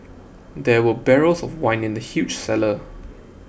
there were barrels of wine in the huge cellar